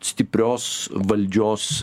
stiprios valdžios